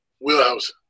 wheelhouse